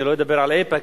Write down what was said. אני לא אדבר על איפא"ק,